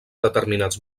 determinats